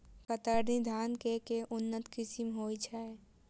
कतरनी धान केँ के उन्नत किसिम होइ छैय?